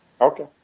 Okay